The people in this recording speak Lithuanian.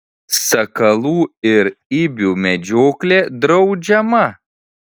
sakalų ir ibių medžioklė draudžiama